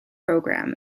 program